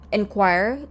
inquire